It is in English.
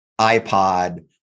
iPod